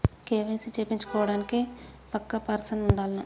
KYC చేపిచ్చుకోవడానికి పక్కా person ఉండాల్నా?